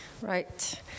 Right